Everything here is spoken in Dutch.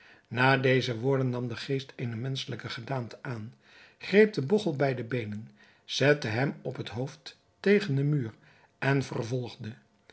na deze woorden nam de geest eene menschelijke gedaante aan greep den bogchel bij de beenen zette hem op het hoofd tegen den muur en vervolgde